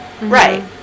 Right